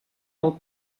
del